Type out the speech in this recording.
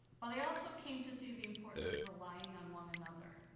but i also came to see the importance of relying on one another.